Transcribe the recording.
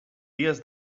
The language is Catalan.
dies